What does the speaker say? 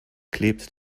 klebt